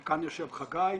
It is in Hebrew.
וכאן יושב חגי,